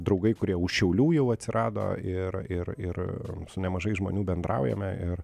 draugai kurie už šiaulių jau atsirado ir ir ir su nemažai žmonių bendraujame ir